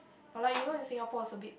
but like you know in Singapore is a bit